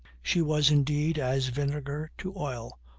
she was indeed as vinegar to oil,